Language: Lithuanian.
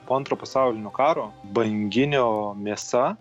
po antro pasaulinio karo banginio mėsa